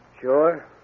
Sure